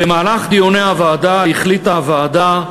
במהלך דיוני הוועדה החליטה הוועדה,